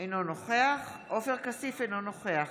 אינו נוכח עופר כסיף, אינו נוכח